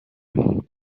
fin